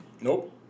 Nope